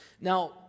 Now